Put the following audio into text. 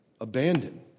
abandoned